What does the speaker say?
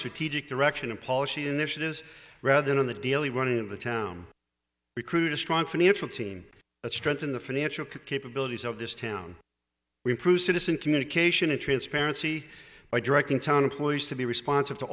strategic direction of policy initiatives rather than on the daily running of the town recruit a strong financial team strengthen the financial capabilities of this town improve citizen communication and transparency by directing town employees to be responsive to